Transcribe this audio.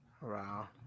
Wow